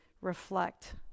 reflect